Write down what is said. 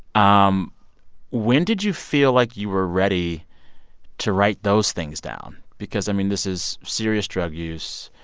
um when did you feel like you were ready to write those things down? because i mean, this is serious drug use,